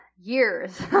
years